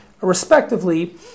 respectively